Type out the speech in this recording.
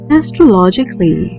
astrologically